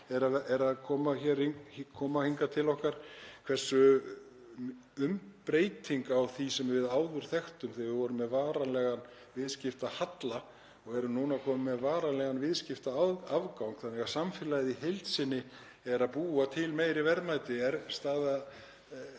er að koma hingað til okkar. Við sjáum hversu mikil umbreyting hefur orðið á því sem við áður þekktum þegar við vorum með varanlegan viðskiptahalla en erum núna komin með varanlegan viðskiptaafgang þannig að samfélagið í heild sinni er að búa til meiri verðmæti og staða